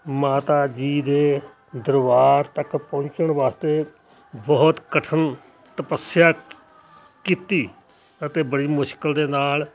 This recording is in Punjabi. ਮਾਤਾ ਜੀ ਦੇ ਦਰਬਾਰ ਤੱਕ ਪਹੁੰਚਣ ਵਾਸਤੇ ਬਹੁਤ ਕਠਿਨ ਤਪੱਸਿਆ ਕੀ ਕੀਤੀ ਅਤੇ ਬੜੀ ਮੁਸ਼ਕਿਲ ਦੇ ਨਾਲ